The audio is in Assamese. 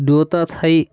দুয়োটা ঠাই